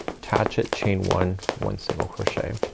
attach it, chain one, one single crochet.